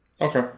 Okay